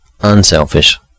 unselfish